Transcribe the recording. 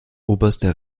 oberster